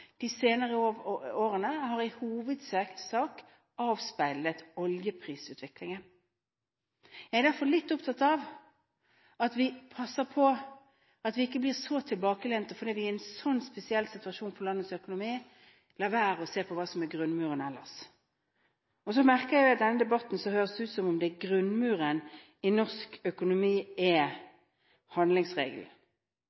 vi passer på – at vi ikke blir så tilbakelente fordi vi er i en sånn spesiell situasjon med landets økonomi, at vi lar være å se på hva som er grunnmuren ellers. Så merker jeg at i denne debatten høres det ut som om grunnmuren i norsk økonomi er